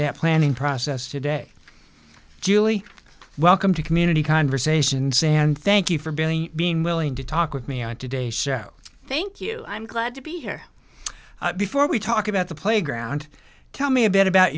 that planning process today julie welcome to community conversation sand thank you for being being willing to talk with me on today's show thank you i'm glad to be here before we talk about the playground tell me a bit about